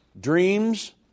dreams